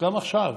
גם עכשיו,